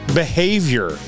behavior